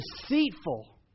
deceitful